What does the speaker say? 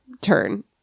turn